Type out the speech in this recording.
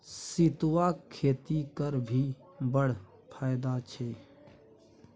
सितुआक खेती करभी बड़ फायदा छै